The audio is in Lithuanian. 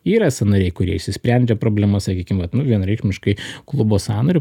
yra sąnariai kurie išsisprendžia problemas sakykim va vienareikšmiškai klubo sąnario